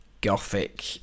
gothic